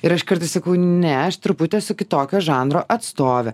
ir aš kartais sakau ne aš truputį esu kitokio žanro atstovė